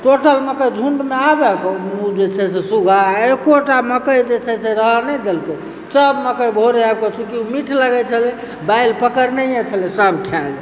total मकइ झुण्डमे आबए जे छै से सूगा आ एकोटा मकइ जे छै से रहऽ नहि देलकै सभ मकइ भोरे आबि कऽ चुकि ओ मिठ लगै छलै बेलि पकड़नहिए छलै हँ सभ खाए गेलै